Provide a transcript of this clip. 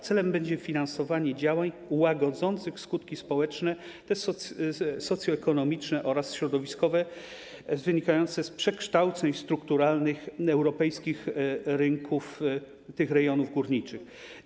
Celem będzie finansowanie działań łagodzących skutki społeczne, socjoekonomiczne oraz środowiskowe wynikające z przekształceń strukturalnych europejskich rynków, tych rejonów górniczych.